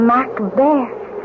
Macbeth